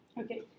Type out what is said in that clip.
Okay